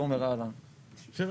יש פה